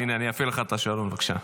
הינה, אני אפעיל לך את השעון, בבקשה.